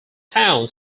town